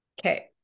Okay